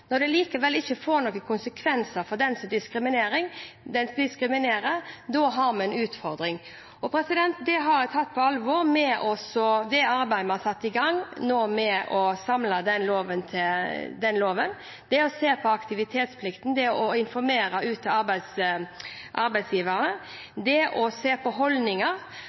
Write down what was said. når det likevel ikke får noen konsekvenser for den som diskriminerer, har vi en utfordring. Det har jeg tatt på alvor med det arbeidet vi har satt i gang nå med å samle loven – det å se på aktivitetsplikten, det å informere ut til arbeidsgivere og det å se på holdninger.